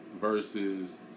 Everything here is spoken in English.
versus